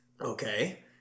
Okay